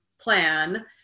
plan